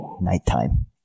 Nighttime